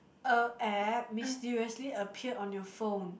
a app mysteriously appear on your phone